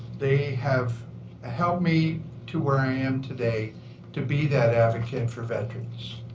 they have helped me to where i am today to be that advocate for veterans.